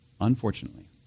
unfortunately